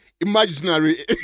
imaginary